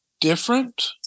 different